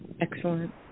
Excellent